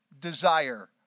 desire